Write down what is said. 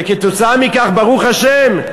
ועקב כך, ברוך השם,